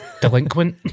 delinquent